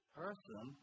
person